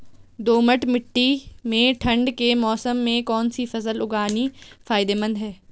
दोमट्ट मिट्टी में ठंड के मौसम में कौन सी फसल उगानी फायदेमंद है?